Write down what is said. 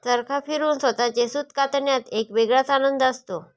चरखा फिरवून स्वतःचे सूत कापण्यात एक वेगळाच आनंद असतो